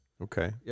Okay